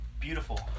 beautiful